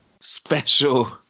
special